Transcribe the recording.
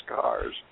cars